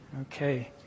Okay